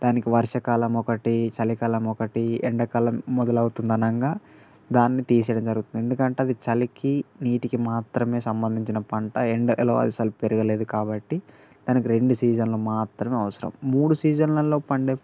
దానికి వర్షాకాలం ఒకటి చలికాలం ఒకటి ఎండాకాలం మొదలవుతుందనంగా దాన్ని తీసెయ్యడం జరుగుతుంది ఎందుకంటే అది చలికి నీటికి మాత్రమే సంబంధించిన పంట ఎండలో అసలు పెరగలేదు కాబట్టి దానికి రెండో సీజన్లు మాత్రం అవసరం మూడు సీజన్లలో పండే